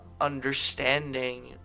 understanding